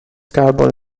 carbon